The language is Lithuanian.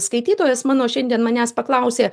skaitytojas mano šiandien manęs paklausė